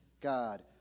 God